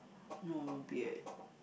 no beard